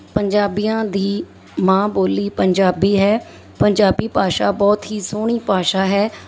ਪੰਜਾਬੀਆਂ ਦੀ ਮਾਂ ਬੋਲੀ ਪੰਜਾਬੀ ਹੈ ਪੰਜਾਬੀ ਭਾਸ਼ਾ ਬਹੁਤ ਹੀ ਸੋਹਣੀ ਭਾਸ਼ਾ ਹੈ